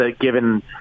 given